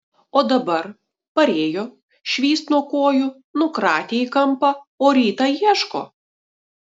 o dabar parėjo švyst nuo kojų nukratė į kampą o rytą ieško